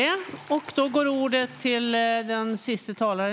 Varmt tack!